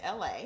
LA